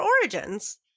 origins